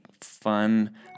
fun